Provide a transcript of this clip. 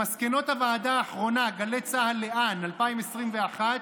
במסקנות הוועדה האחרונה, "גלי צה"ל לאן, 2021",